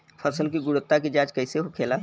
फसल की गुणवत्ता की जांच कैसे होखेला?